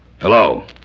Hello